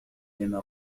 لما